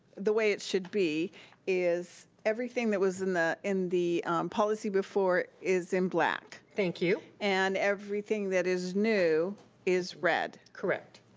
the way it should be is everything that was in the in the policy before is in black thank you. and everything that is new is red. correct.